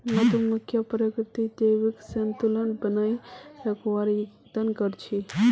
मधुमक्खियां प्रकृतित जैविक संतुलन बनइ रखवात योगदान कर छि